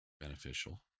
beneficial